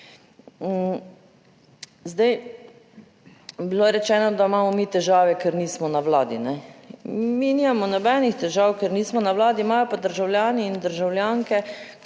Zdaj, bilo je rečeno, da imamo mi težave, ker nismo na Vladi, ne. Mi nimamo nobenih težav, ker nismo na Vladi, imajo pa državljani in državljanke